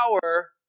power